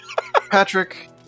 Patrick